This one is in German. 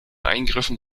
eingriffen